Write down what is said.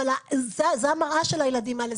אבל זה המראה של הילדים האלה,